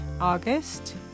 August